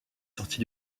sortie